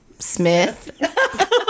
Smith